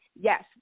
yes